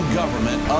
government